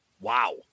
Wow